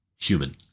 human